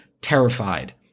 terrified